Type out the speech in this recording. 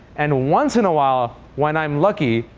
and once in awhile, when i'm lucky,